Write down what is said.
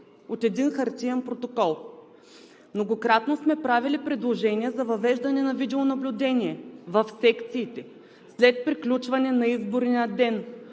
от един хартиен протокол. Многократно сме правили предложения за въвеждане на видеонаблюдение в секциите след приключване на изборния ден,